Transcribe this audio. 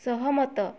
ସହମତ